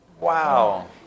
Wow